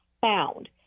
found